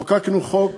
חוקקנו חוק,